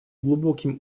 глубоким